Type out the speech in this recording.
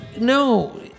No